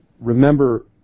remember